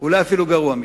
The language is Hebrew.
אולי אפילו גרוע מזה.